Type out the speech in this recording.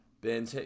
Ben